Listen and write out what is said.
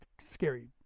scary